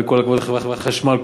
וכל הכבוד לחברת חשמל,